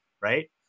right